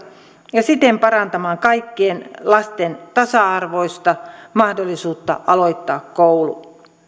ja siten parantamaan kaikkien lasten tasa arvoista mahdollisuutta aloittaa koulu